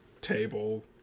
table